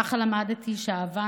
ככה למדתי שאהבה,